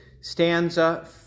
stanza